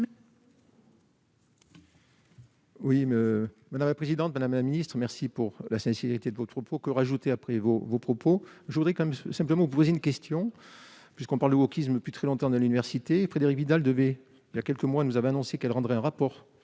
mais, madame la présidente, Madame la Ministre, merci pour la sincérité de vos propos que rajouter après vos propos, je voudrais quand même simplement vous poser une question puisqu'on parle du wokisme plus très longtemps de l'université Frédérique Vidal devait il y a quelques mois, nous avait annoncé qu'elle rendrait un rapport